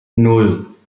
nan